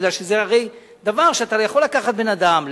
בגלל שזה הרי דבר שאתה יכול לקחת בן-אדם,